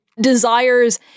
desires